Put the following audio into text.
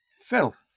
Phil